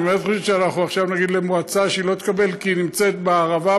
אתם חושבים שאנחנו עכשיו נגיד למועצה שהיא לא תקבל כי היא נמצאת בערבה,